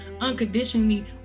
unconditionally